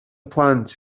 plant